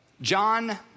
John